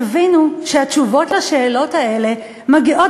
תבינו שהתשובות על השאלות האלה מגיעות